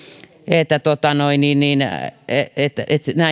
että näin on tässä laissahan sitä muutetaan että se